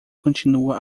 continua